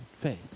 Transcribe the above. faith